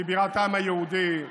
שהיא בירת העם היהודי,